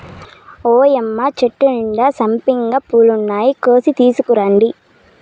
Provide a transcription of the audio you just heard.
ఓయ్యమ్మ చెట్టు నిండా సంపెంగ పూలున్నాయి, కోసి తీసుకురండి